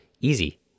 Easy